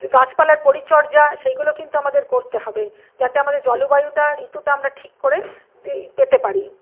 গাছপালার পরিচর্যা সেইগুলো কিন্তু আমাদের করতে হবে যাতে আমাদের জলবায়ুটা ঋতুটা আমরা ঠিক করে পেতে পারি